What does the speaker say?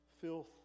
filth